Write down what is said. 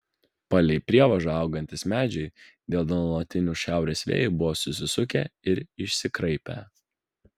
palei prievažą augantys medžiai dėl nuolatinių šiaurės vėjų buvo susisukę ir išsikraipę